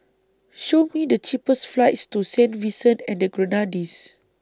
Show Me The cheapest flights to Saint Vincent and The Grenadines